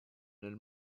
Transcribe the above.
nel